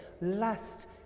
Lust